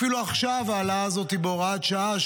אפילו עכשיו ההעלאה הזאת היא בהוראת שעה,